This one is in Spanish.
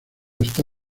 está